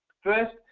First